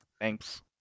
Thanks